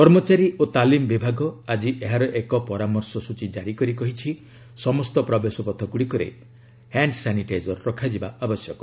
କର୍ମଚାରୀ ଓ ତାଲିମ ବିଭାଗ ଆଜି ଏହାର ଏକ ପରାମର୍ଶ ସ୍ୱଚୀ ଜାରି କରି କହିଛି ସମସ୍ତ ପ୍ରବେଶପଥଗୁଡ଼ିକରେ ହ୍ୟାଣ୍ଡ ସାନିଟାଜର ରଖାଯିବା ଆବଶ୍ୟକ